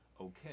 Okay